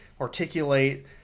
articulate